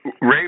Ray